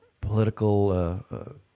political